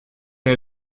est